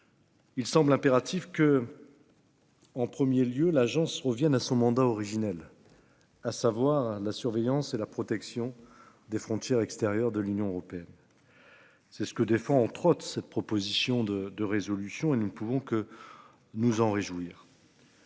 Il semble impératif que. En 1er lieu l'agence revienne à son mandat originel. À savoir la surveillance et la protection des frontières extérieures de l'Union européenne. C'est ce que défend trotte cette proposition de de résolution et nous ne pouvons que. Nous en réjouir.